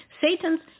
Satan's